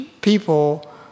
people